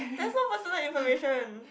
that's not personal information